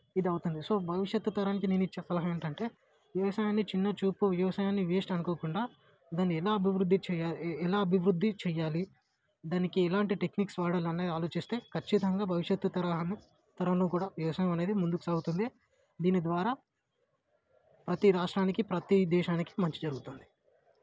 ఇది అవుతుంది సో నేను భవిష్యత్తు తరానికి నేను ఏం చెప్పడం ఏంటంటే వ్యవసాయాన్ని చిన్న చూపు వ్యవసాయాన్ని వేస్ట్ అనుకోకుండా దాన్ని ఎలా అభివృద్ధి చేయాలి ఎలా అభివృద్ధి చేయాలి దానికి ఎలాంటి టెక్నిక్స్ వాడాలని ఆలోచిస్తే ఖచ్చితంగా భవిష్యత్తు తరాలు తరంలో కూడా వ్యవసాయం అనేది ముందుకు సాగుతుంది దీని ద్వారా ప్రతి రాష్ట్రానికి ప్రతి దేశానికి మంచి జరుగుతుంది